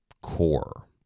core